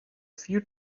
few